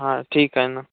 हां ठीक आहे ना